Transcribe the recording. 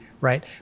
right